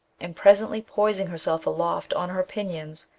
and presently poising herself aloft on her pinions,